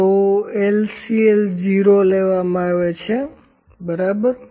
તો એલસીએલ 0 લેવામાં આવે છે બરાબર